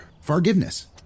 Forgiveness